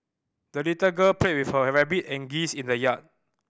the little girl played with her rabbit and geese in the yard